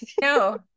No